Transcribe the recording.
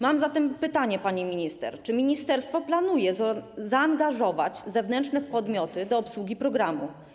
Mam zatem pytanie, pani minister: Czy ministerstwo planuje zaangażować zewnętrzne podmioty do obsługi programu?